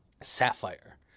Sapphire